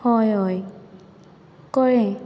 हय हय कयळें